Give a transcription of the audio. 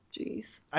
Jeez